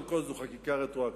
קודם כול, זו חקיקה רטרואקטיבית,